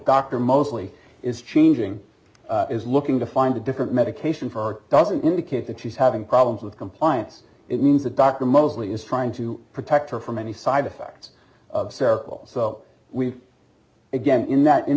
dr mostly is changing is looking to find a different medication for doesn't indicate that she's having problems with compliance it means the doctor mostly is trying to protect her from any side effects of circles so we again in that in